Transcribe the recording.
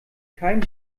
keinen